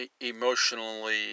emotionally